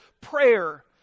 prayer